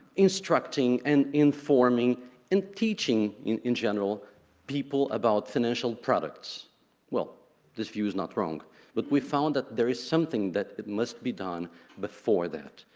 instructing and informing and teaching in in general people about financial products well this view is not wrong but we found that there is something that it must be done before that.